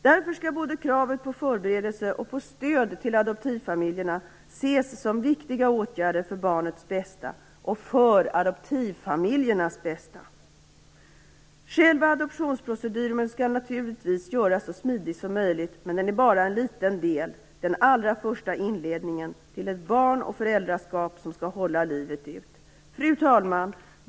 Därför skall kravet både på förberedelse och på stöd till adoptivfamiljerna ses som viktiga åtgärder för barnets bästa och för adoptivfamiljernas bästa. Själva adoptionsproceduren skall naturligtvis göras så smidig som möjligt, men den är bara en liten del - den allra första inledningen till ett barnföräldra-förhållande som skall hålla livet ut. Fru talman!